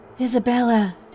Isabella